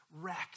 wrecked